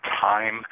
time